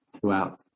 throughout